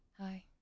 Hi